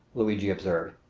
luigi observed.